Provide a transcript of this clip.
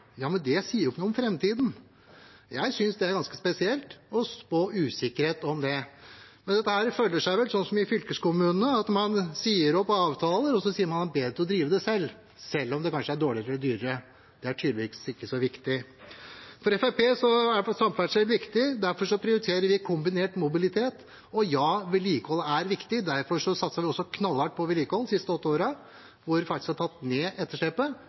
men det sier jo ikke noe om fremtiden. Jeg synes det er ganske spesielt å spå usikkerhet om det. Dette følger vel fylkeskommunene; man sier opp avtaler og sier man er bedre til å drive det selv, selv om det kanskje er dårligere eller dyrere – det er tydeligvis ikke så viktig. For Fremskrittspartiet er samferdsel viktig. Derfor prioriterer vi kombinert mobilitet. Og ja, vedlikeholdet er viktig. Derfor satset vi knallhardt på vedlikehold de siste åtte årene, hvor vi faktisk tok ned etterslepet.